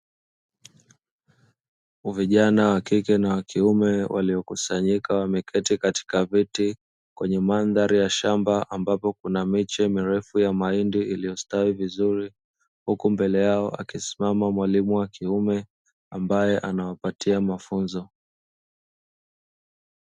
Vijana wakike na wakiume waliokusanyika na wameketi katika viti kwenye mandhari ya shamba ambapo kuna mirefu ya mahindi iliyostawi vizuri. Huku mbele yao akisimama mwalimu wa kiume ambaye anawapatia mafunzo.